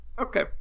Okay